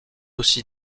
aussi